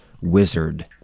wizard